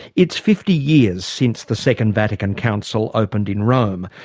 it's fifty years since the second vatican council opened in rome.